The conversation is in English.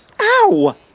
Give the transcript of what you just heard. Ow